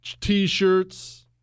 T-shirts